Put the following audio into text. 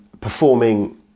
performing